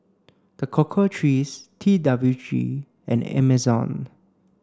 The Cocoa Trees T W G and Amazon